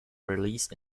release